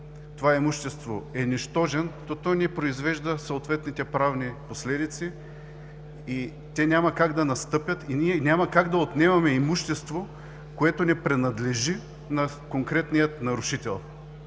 това имущество, е нищожен, то той не произвежда съответните правни последици и те няма как да настъпят, и ние няма как да отнемаме имущество, което не принадлежи на конкретния нарушител.